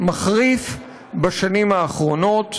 מחריף בשנים האחרונות.